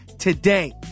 Today